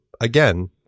again